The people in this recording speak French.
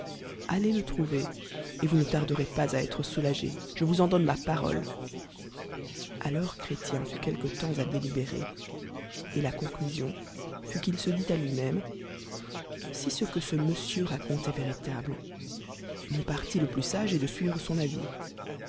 allez le trouver et voui ne tarderez pas à être soulagé je vous en donne ma parole alors chrétien fut quelque temps à délibérer et la conclusion fur qu'il se dit à lui-même si ce que ce monsieur raconte estvéritable monparti le plus sage est de suivre son avù